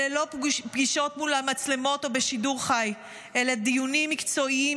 אלה לא פגישות מול המצלמות או בשידור חי אלא דיונים מקצועיים,